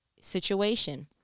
situation